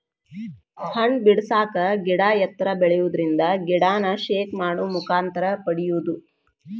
ಹಣ್ಣ ಬಿಡಸಾಕ ಗಿಡಾ ಎತ್ತರ ಬೆಳಿಯುದರಿಂದ ಗಿಡಾನ ಶೇಕ್ ಮಾಡು ಮುಖಾಂತರ ಪಡಿಯುದು